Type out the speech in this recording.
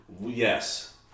Yes